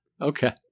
Okay